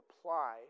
apply